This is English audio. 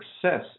success